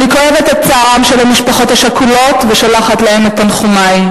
אני כואבת את צערן של המשפחות השכולות ושולחת להן את תנחומי,